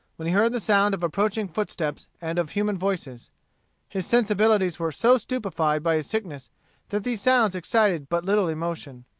when he heard the sound of approaching footsteps and of human voices his sensibilities were so stupefied by his sickness that these sounds excited but little emotion.